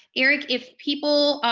eric, if people,